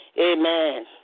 Amen